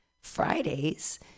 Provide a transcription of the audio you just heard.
Fridays